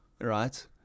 Right